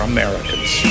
Americans